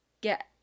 get